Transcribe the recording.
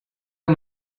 amb